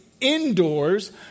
indoors